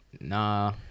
Nah